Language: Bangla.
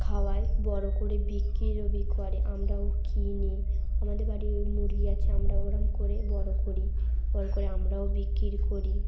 খাওয়াই বড়ো করে বিক্রির ও করে আমরাও কিনি আমাদের বাড়ির ওই মুরগি আছে আমরা ওরম করে বড় করি বড়ো করে আমরাও বিক্রি করি